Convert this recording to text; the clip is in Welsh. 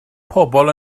pobl